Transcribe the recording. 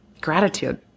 gratitude